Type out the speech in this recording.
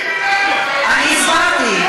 תסבירי לנו, אני הסברתי.